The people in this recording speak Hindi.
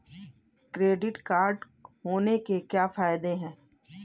क्रेडिट कार्ड होने के क्या फायदे हैं?